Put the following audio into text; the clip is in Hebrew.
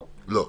לא.